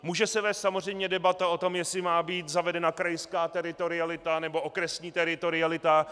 Může se vést samozřejmě debata o tom, jestli má být zavedena krajská teritorialita, nebo okresní teritorialita.